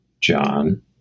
John